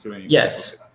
yes